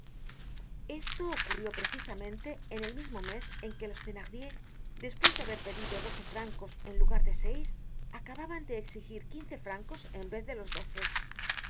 esto ocurrió precisamente en el mismo mes en que los thenardier despues de haber pedido doce francos en lugar de seis acababan de exigir quince francos en vez de los doce